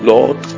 Lord